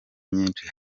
myinshi